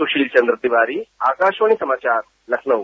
सुशील चंद्र तिवारी आकाशवाणी समाचार लखनऊ